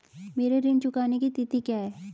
मेरे ऋण चुकाने की तिथि क्या है?